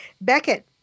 Beckett